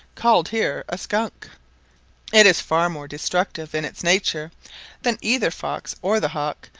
called here a scunck it is far more destructive in its nature than either fox or the hawk,